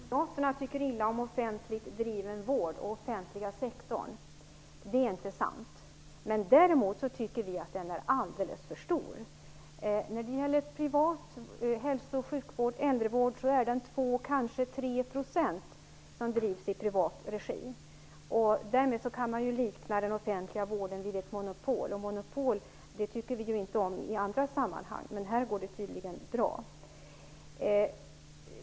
Herr talman! Hans Karlsson säger att Moderaterna tycker illa om offentligt driven vård och om den offentliga sektorn. Det är inte sant. Däremot tycker vi att den offentliga sektorn är alldeles för stor. Det är 2, kanske 3 % av den privata hälso och sjukvården och äldrevården som drivs i privat regi. Därmed kan man likna den offentliga vården vid ett monopol. Monopol tycker man inte om i andra sammanhang, men här går det tydligen bra.